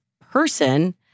person